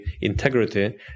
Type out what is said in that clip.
integrity